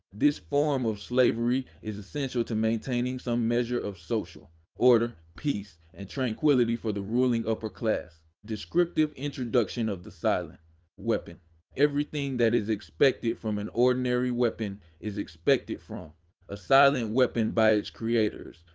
this form of slavery is essential to maintaining some measure of social order, peace, and tranquility for the ruling upper class. descriptive introduction of the silent weapon everything that is expected from an ordinary weapon is expected from a silent weapon by its creators,